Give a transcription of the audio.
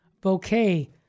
bouquet